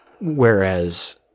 whereas